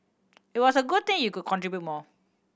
it was a good thing you could contribute more